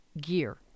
gear